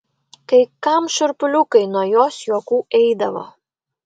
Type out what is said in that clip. kai kam šiurpuliukai nuo jos juokų eidavo